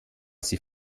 sie